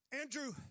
Andrew